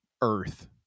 Earth